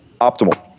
optimal